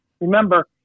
remember